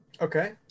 Okay